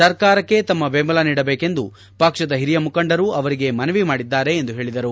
ಸರ್ಕಾರಕ್ಕೆ ತಮ್ಮ ಬೆಂಬಲ ನೀಡಬೇಕೆಂದು ಪಕ್ಷದ ಹಿರಿಯ ಮುಖಂಡರು ಅವರಿಗೆ ಮನವಿ ಮಾಡಿದ್ದಾರೆ ಎಂದು ಹೇಳಿದರು